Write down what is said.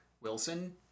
Wilson